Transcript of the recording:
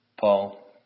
Paul